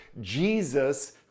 Jesus